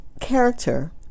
character